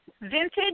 vintage